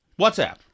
WhatsApp